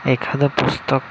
एखादं पुस्तक